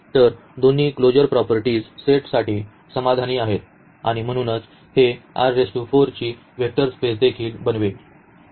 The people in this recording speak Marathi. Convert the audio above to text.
तर दोन्ही क्लोजर प्रॉपर्टी सेटसाठी समाधानी आहेत आणि म्हणूनच हे ची वेक्टर स्पेस देखील बनवेल